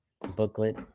booklet